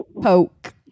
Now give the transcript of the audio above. Poke